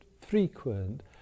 frequent